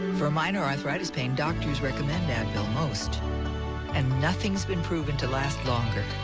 for minor arritis pain doctors recommend advimost and nothing's been proven to last longer.